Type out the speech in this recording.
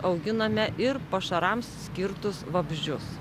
auginame ir pašarams skirtus vabzdžius